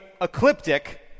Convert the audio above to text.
Ecliptic